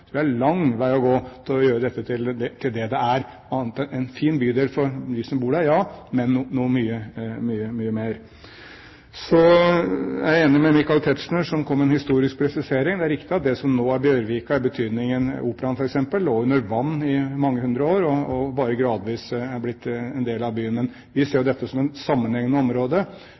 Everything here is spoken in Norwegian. lang vei å gå for å gjøre dette til det det er: en fin bydel for dem som bor der, ja, men noe mye, mye mer. Så er jeg enig med Michael Tetzschner, som kom med en historisk presisering. Det er riktig at det som nå er Bjørvika i betydningen Operaen, lå under vann i mange hundre år, og bare gradvis er blitt en del av byen. Vi ser på dette som et sammenhengende område,